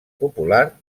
popular